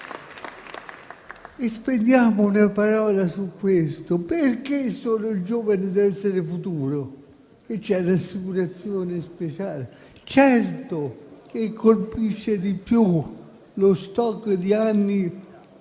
Spendiamo una parola su questo: perché solo il giovane dev'essere futuro? Ha un'assicurazione speciale? Certo che colpisce di più lo *stock* di anni